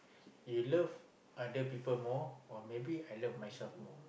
you love other people more or maybe I love myself more